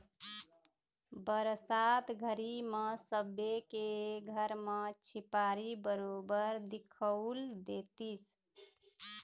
बरसात घरी म सबे के घर म झिपारी बरोबर दिखउल देतिस